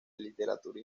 literatura